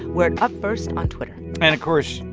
we're at upfirst on twitter and, of course,